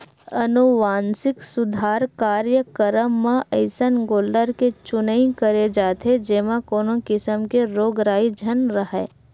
अनुवांसिक सुधार कार्यकरम म अइसन गोल्लर के चुनई करे जाथे जेमा कोनो किसम के रोग राई झन राहय